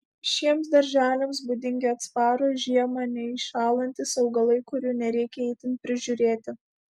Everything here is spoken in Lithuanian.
šiems darželiams būdingi atsparūs žiemą neiššąlantys augalai kurių nereikia itin prižiūrėti